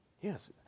Yes